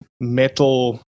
metal